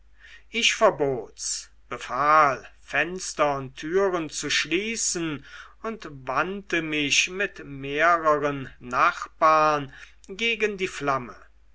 ich verbot's befahl fenster und türen zu schließen und wandte mich mit mehreren nachbarn gegen die flamme